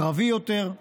קרבי יותר,